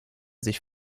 sich